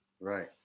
Right